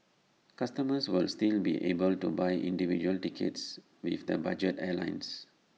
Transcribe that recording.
customers will still be able to buy individual tickets with the budget airlines